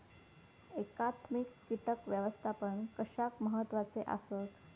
एकात्मिक कीटक व्यवस्थापन कशाक महत्वाचे आसत?